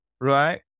right